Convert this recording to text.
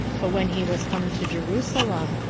but when he was come to jerusalem,